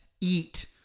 eat